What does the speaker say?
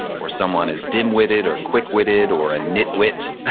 or someone is dimwitted or quick-witted, or a nitwit.